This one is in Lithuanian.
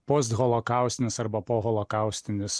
postholokaustinės arba poholokaustinis